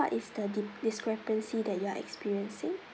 what is the di~ discrepancy that you are experiencing